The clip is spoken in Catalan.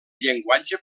llenguatge